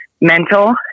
Mental